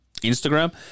Instagram